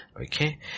okay